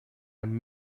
ein